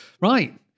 right